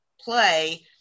play